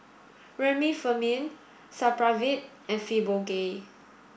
Remifemin Supravit and Fibogel